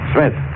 Smith